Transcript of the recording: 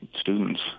Students